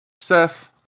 Seth